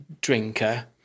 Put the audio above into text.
drinker